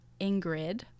Ingrid